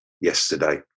yesterday